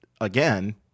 again